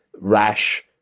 rash